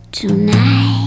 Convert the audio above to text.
Tonight